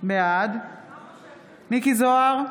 בעד מכלוף מיקי זוהר,